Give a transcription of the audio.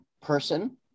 person